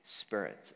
spirit